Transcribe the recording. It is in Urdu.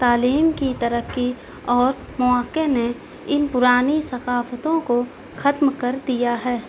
تعلیم کی ترقی اور مواقع نے ان پرانی ثقافتوں کو ختم کر دیا ہے